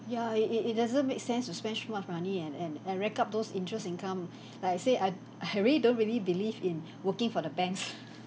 ya it it it doesn't make sense to spend so much money and and and rack up those interest income like I say I really don't really believe in working for the banks